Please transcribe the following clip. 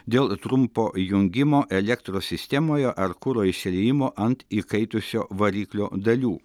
dėl trumpo jungimo elektros sistemoje ar kuro išsiliejimo ant įkaitusio variklio dalių